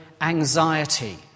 anxiety